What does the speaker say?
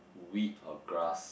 wheat or grass